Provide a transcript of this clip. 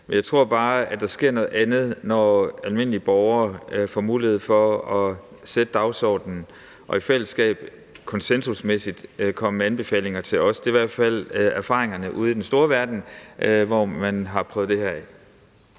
Men jeg tror bare, at der sker noget andet, når almindelige borgere får mulighed for at sætte dagsordenen og i fællesskab, konsensusmæssigt, komme med anbefalinger til os. Det er i hvert fald erfaringerne ude i den store verden, hvor man har prøvet det her af.